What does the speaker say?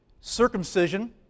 Circumcision